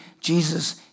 Jesus